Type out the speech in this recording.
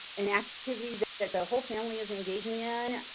an activity that that the whole family is engaging in,